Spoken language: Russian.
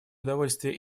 удовольствие